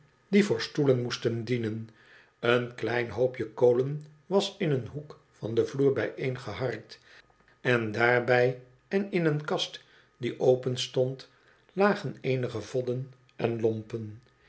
die voor stoelen moesten dienen een klein hoopje kolen was in een hoek van den vloer bijeengeharkt en daarbij en in een kast die open stond lagen eenige vodden en lompen